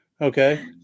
Okay